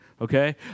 Okay